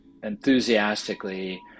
enthusiastically